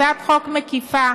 הצעת חוק מקיפה,